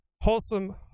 wholesome